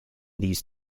these